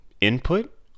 input